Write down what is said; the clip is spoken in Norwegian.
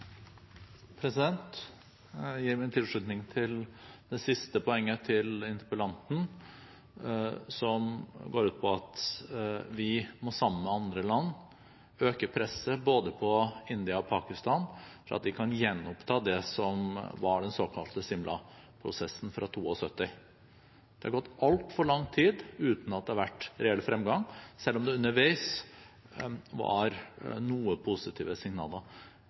Jeg gir min tilslutning til det siste poenget til interpellanten som går ut på at vi sammen med andre land må øke presset på både India og Pakistan for at de kan gjenoppta det som var den såkalte Simla-prosessen fra 1972. Det har gått altfor lang tid uten at det har vært reell fremgang, selv om det underveis var noen positive signaler.